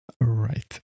Right